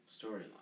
storyline